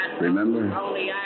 Remember